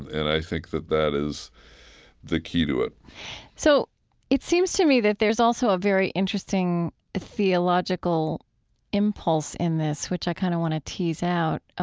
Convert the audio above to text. and i think that that is the key to it so it seems to me that there's also a very interesting theological impulse in this, which i kind of want to tease out. ah